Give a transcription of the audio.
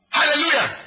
Hallelujah